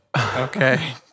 Okay